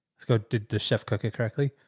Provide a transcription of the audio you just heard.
let's go. did the chef cook it correctly?